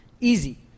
Easy